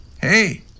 Hey